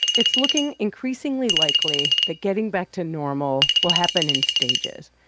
it's looking increasingly likely that getting back to normal will happen in stages.